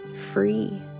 free